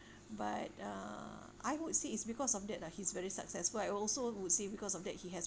but uh I would say it's because of that lah he's very successful I also would say because of that he has